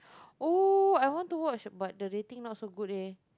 oh I want to watch but the rating not so good leh